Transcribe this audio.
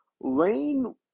Lane